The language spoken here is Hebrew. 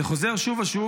זה חוזר שוב ושוב.